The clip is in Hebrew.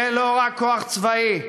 זה לא רק כוח צבאי.